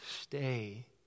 Stay